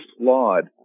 flawed